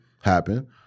happen